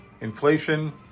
inflation